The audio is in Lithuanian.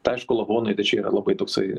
tai aišku lavonai tai čia yra labai toksai